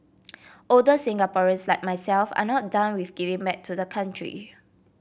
older Singaporeans like myself are not done with giving back to the country